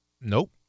Nope